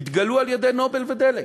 התגלו על-ידי "נובל" ו"דלק",